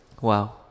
Wow